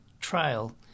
trial